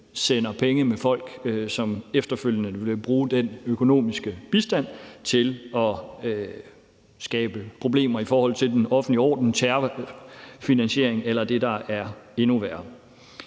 sted sammen med folk, som efterfølgende vil bruge den økonomiske bistand til at skabe problemer i forhold til den offentlige orden, terrorfinansiering eller det, der er endnu værre.